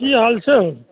की हाल छै हौ